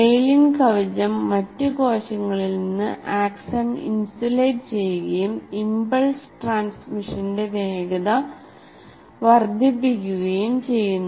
myelin കവചം മറ്റ് കോശങ്ങളിൽ നിന്ന് ആക്സൺ ഇൻസുലേറ്റ് ചെയ്യുകയും ഇംപൾസ് ട്രാൻസ്മിഷന്റെ വേഗത വർദ്ധിപ്പിക്കുകയും ചെയ്യുന്നു